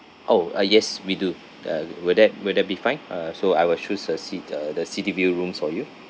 oh uh yes we do the will that will be fine ah so I will choose a cit~ the the city view rooms for you